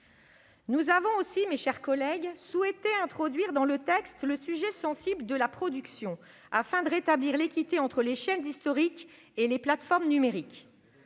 Nous avons aussi, mes chers collègues, souhaité introduire dans le texte le sujet sensible de la production, afin de rétablir l'équité entre les chaînes historiques et les plateformes numériques.